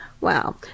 wow